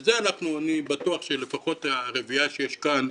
ואת זה אני בטוח שלפחות הרביעייה שיש כאן,